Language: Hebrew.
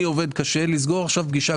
אני עובד קשה כדי לסגור פגישה,